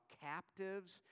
captives